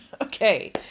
Okay